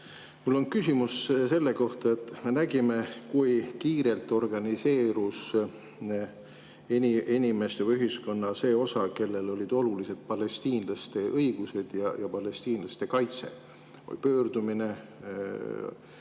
Mul on küsimus selle kohta, et me nägime, kui kiirelt organiseerus ühiskonna see osa, kellele on olulised palestiinlaste õigused ja palestiinlaste kaitse: pöördumine,